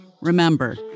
Remember